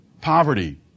poverty